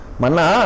mana